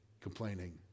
complaining